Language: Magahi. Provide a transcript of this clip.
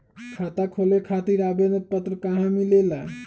खाता खोले खातीर आवेदन पत्र कहा मिलेला?